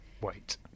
wait